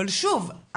אבל שוב,